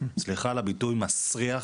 סליחה על הביטוי, מסריח